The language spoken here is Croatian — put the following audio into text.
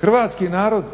Hrvatski narod